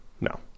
No